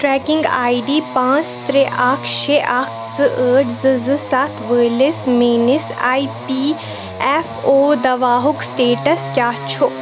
trekking I D پانٛژھ ترٛےٚ اکھ شےٚ اکھ زٕ ٲٹھ زٕ زٕ سَتھ وٲلِس میٲنِس آی پی ایف او داواہُک سٹیٹس کیٛاہ چھُ